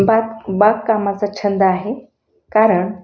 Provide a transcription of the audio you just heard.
बााक बागकामाचा छंद आहे कारण